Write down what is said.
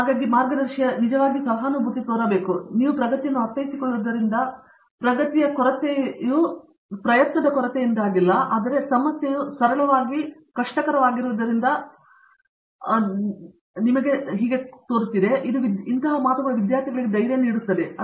ಹಾಗಾಗಿ ಮಾರ್ಗದರ್ಶಿ ನಿಜವಾಗಿಯೂ ಸಹಾನುಭೂತಿ ತೋರಬೇಕು ಮತ್ತು ನೀವು ಪ್ರಗತಿಯನ್ನು ಅರ್ಥೈಸಿಕೊಳ್ಳುವುದರಿಂದ ಪ್ರಗತಿಯ ಕೊರತೆಯು ಪ್ರಯತ್ನದ ಕೊರತೆಯಿಂದಾಗಿಲ್ಲ ಆದರೆ ಸಮಸ್ಯೆಯು ಸರಳವಾಗಿ ಕಷ್ಟಕರವಾಗಿರುವುದರಿಂದ ಇದು ವಿದ್ಯಾರ್ಥಿಗಳಿಗೆ ಧೈರ್ಯ ನೀಡುತ್ತದೆ ಎಂದು ನೀವು ತಿಳಿದಿರುವಿರಿ